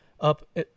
up